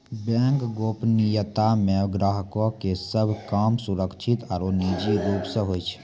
bank गोपनीयता मे ग्राहको के सभ काम सुरक्षित आरु निजी रूप से होय छै